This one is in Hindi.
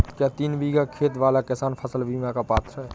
क्या तीन बीघा खेत वाला किसान फसल बीमा का पात्र हैं?